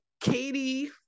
Katie